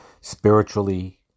Spiritually